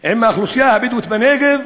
עם האוכלוסייה הבדואית בנגב,